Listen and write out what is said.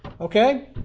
okay